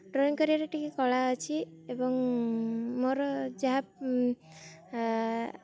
drawing କରିବାରେ ଟିକିଏ କଳା ଅଛି ଏବଂ ମୋର ଯାହା